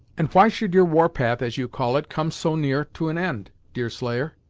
and why should your warpath, as you call it, come so near to an end, deerslayer?